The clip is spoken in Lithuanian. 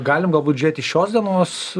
galim galbūt žiūrėt iš šios dienos